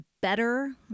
better